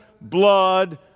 blood